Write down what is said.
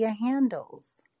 handles